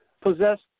possessed